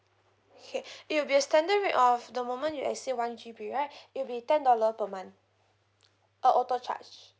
okay it will be a standard rate of the moment you exceed one G_B right it'll be ten dollar per month uh auto charge